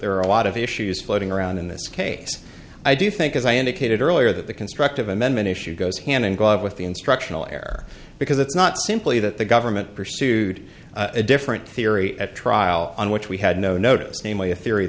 there are a lot of issues floating around in this case i do think as i indicated earlier that the constructive amendment issue goes hand in glove with the instructional air because it's not simply that the government pursued a different theory at trial on which we had no notice namely a theory